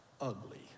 ugly